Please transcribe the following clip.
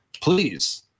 please